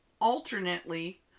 alternately